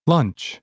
Lunch